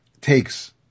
takes